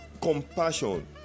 compassion